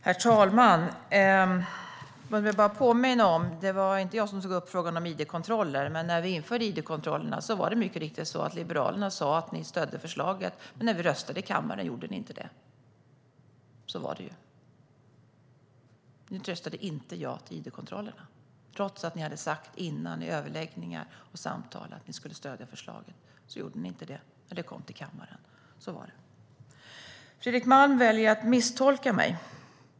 Herr talman! Låt mig påminna om att det inte var jag som tog upp frågan om id-kontroller. Innan id-kontrollerna infördes var det mycket riktigt så att Liberalerna stödde förslaget. Men när ni röstade i kammaren gjorde ni inte det. Så var det. Ni röstade inte ja till id-kontrollerna. Trots att ni i överläggningarna och samtalen innan hade sagt att ni skulle stödja förslaget gjorde ni inte det i kammaren. Så var det. Fredrik Malm väljer att misstolka mig.